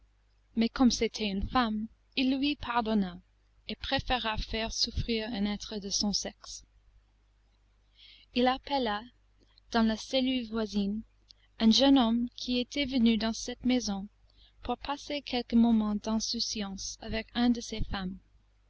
mais comme c'était une femme il lui pardonna et préféra faire souffrir un être de son sexe il appela dans la cellule voisine un jeune homme qui était venu dans cette maison pour passer quelques moments d'insouciance avec une de ces femmes